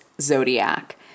zodiac